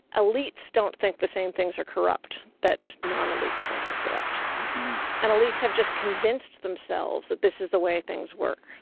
elites don't think the same things are corrupt that non-elites think are corrupt and elites have just convinced themselves that this is the way things work.